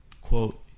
Quote